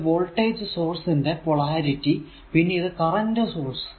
ഇത് voltage source ന്റെ polarity പിന്നെ ഇത് കറന്റ് സോഴ്സ്